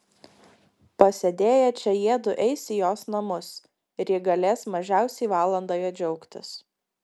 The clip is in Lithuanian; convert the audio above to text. pasėdėję čia jiedu eis į jos namus ir ji galės mažiausiai valandą juo džiaugtis